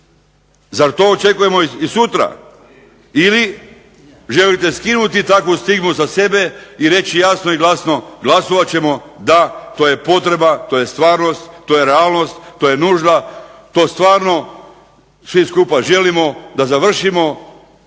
Zar to očekujemo i sutra ili želite skinuti takvu stigmu sa sebe i reći jasno i glasno, glasovat ćemo da to je potreba, to je stvarnost, to je realnost, to je nužda, to stvarno svi skupa želimo da završimo